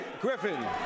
Griffin